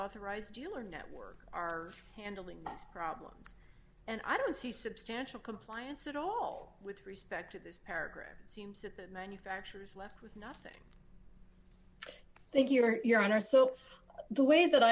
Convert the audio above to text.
authorized dealer network are handling these problems and i don't see substantial compliance at all with respect to this paragraph it seems that the manufacturers left with nothing thank you or are so the way that